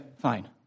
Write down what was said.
fine